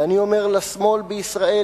ואני אומר לשמאל בישראל,